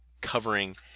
covering